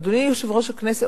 אדוני יושב-ראש הכנסת,